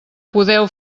podeu